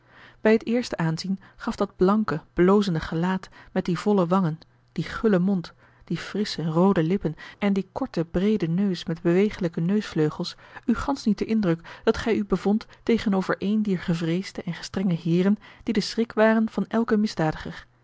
bij het eerste aanzien gaf dat blanke blozende gelaat met die volle wangen dien gullen mond die frissche roode lippen en dien korten breeden neus met beweeglijke neusvleugels u gansch niet den indruk dat gij u bevond tegenover een dier gevreesde en gestrenge heeren die de schrik waren van elk misdadiger